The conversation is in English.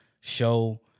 show